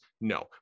no